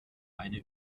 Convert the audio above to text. eine